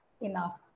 enough